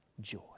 joy